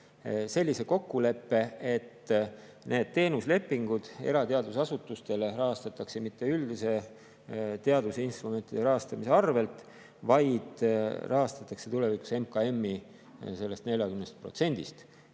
sellise kokkuleppe, et need teenuslepingud erateadusasutustele rahastatakse mitte üldise teadusinstrumentide rahastamise arvel, vaid rahastatakse tulevikus sellest